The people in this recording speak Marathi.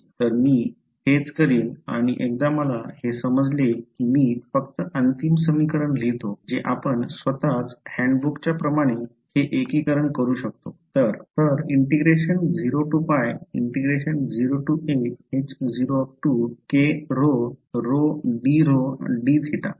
तर मी हेच करीन आणि एकदा मला हे समजले की मी फक्त अंतिम समीकरण लिहितो जे आपण स्वतःच हँडबुकच्या प्रमाणे हे एकीकरण करू शकता